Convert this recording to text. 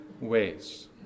ways